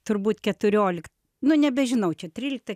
turbūt keturiolik nu nebežinau čia tryliktą